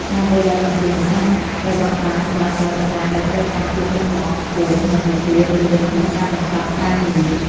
ការដេរដោយម៉ាស៊ីនឧស្សាហកម្ម ត្រូវបានប្រើសម្រាប់ផលិតកម្មដែលត្រូវការភាពរឹងមាំខ្ពស់ និងល្បឿនលឿនក្នុងការបញ្ចប់ការងារ។